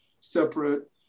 separate